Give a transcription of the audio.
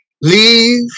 Leave